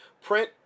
Print